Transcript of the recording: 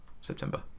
September